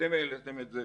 אתם העליתם את זה